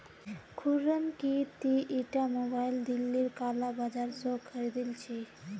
खुर्रम की ती ईटा मोबाइल दिल्लीर काला बाजार स खरीदिल छि